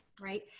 Right